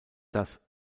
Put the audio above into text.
das